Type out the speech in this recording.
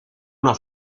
una